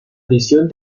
prisión